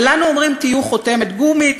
ולנו אומרים: תהיו חותמת גומי,